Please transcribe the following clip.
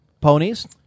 Ponies